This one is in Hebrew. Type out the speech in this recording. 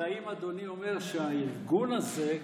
האם אדוני אומר שהארגון הזה,